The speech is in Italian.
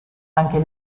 anche